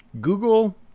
Google